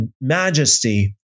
majesty